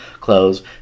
clothes